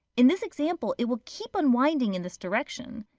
in this example, it will keep unwinding in this direction.